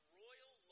royal